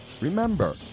Remember